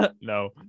No